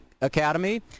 Academy